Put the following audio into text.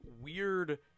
weird